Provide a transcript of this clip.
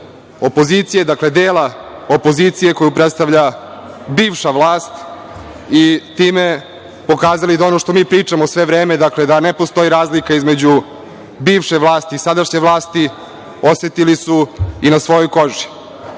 opozicije, dakle dela opozicije koju predstavlja bivša vlast i time pokazali da ono što mi pričamo sve vreme, dakle da ne postoji razlika između bivše vlasti i sadašnje vlasti, osetili su i na svojoj